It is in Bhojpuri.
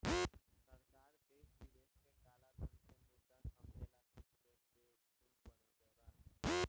सरकार देश विदेश के कलाधन के मुद्दा समझेला कुछ लोग के झुंड बनईले बा